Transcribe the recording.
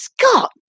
Scott